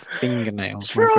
fingernails